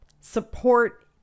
support